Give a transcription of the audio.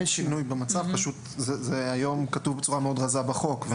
אין שינוי במצב; פשוט היום זה כתוב בצורה מאוד רזה בחוק.